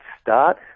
start